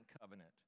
covenant